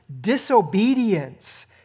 disobedience